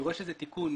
אני רואה שזה תיקון.